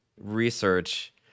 research